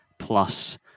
plus